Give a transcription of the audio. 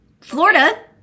Florida